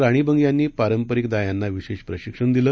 राणी बंग यांनी पारंपरिक दायांना विशेष प्रशिक्षण दिलं